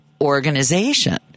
organization